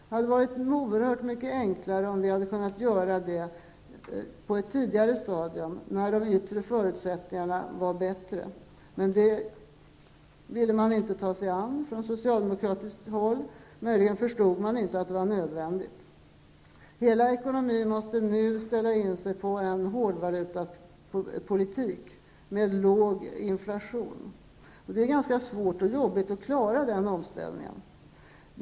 Det hade varit oerhört mycket enklare om vi hade kunnat ingripa på ett tidigare stadium när de yttre förutsättningarna var bättre, men det ville inte socialdemokraterna ta sig an. De förstod möjligen inte att det var nödvändigt. Hela ekonomin måste nu ställa in sig på en hårdvalutapolitik med låg inflation. Det är svårt och jobbigt att klara den omställningen.